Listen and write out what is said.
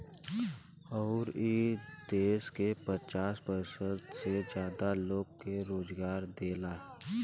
अउर ई देस के पचास प्रतिशत से जादा लोग के रोजगारो देला